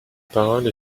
parole